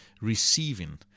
receiving